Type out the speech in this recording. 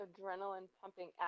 adrenaline-pumping